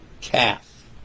calf